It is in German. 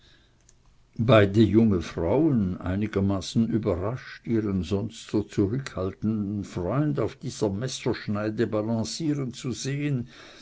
beide junge frauen einigermaßen überrascht ihren sonst so zurückhaltenden freund auf dieser messerschneide balancieren zu sehen